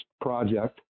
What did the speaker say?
project